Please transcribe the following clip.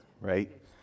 right